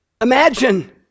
Imagine